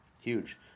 huge